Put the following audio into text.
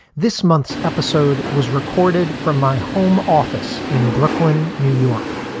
this month's episode was recorded from my home office in brooklyn, new york,